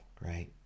right